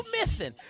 missing